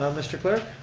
um mr. clerk.